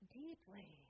deeply